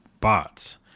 bots